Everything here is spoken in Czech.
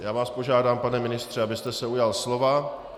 Já vás požádám, pane ministře, abyste se ujal slova.